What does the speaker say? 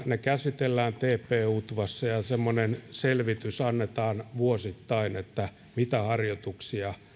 ne käsitellään tp utvassa ja ja semmoinen selvitys annetaan vuosittain mitä harjoituksia